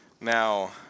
Now